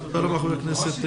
תודה רבה חבר הכנסת.